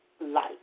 life